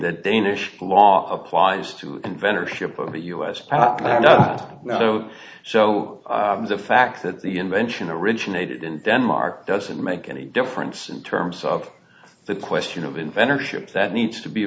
that danish law applies to the inventor ship of the us so the fact that the invention originated in denmark doesn't make any difference in terms of the question of inventor ships that needs to be